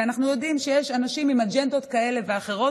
כי אנחנו יודעים שיש אנשים עם אג'נדות כאלה ואחרות,